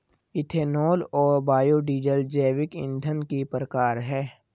ethanol और biodiesel जैविक ईंधन के प्रकार है